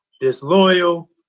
disloyal